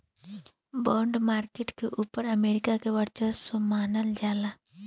bond market के ऊपर America के वर्चस्व मानल जाला